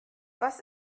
was